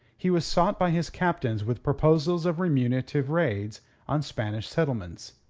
he was sought by his captains with proposals of remunerative raids on spanish settlements.